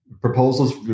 proposals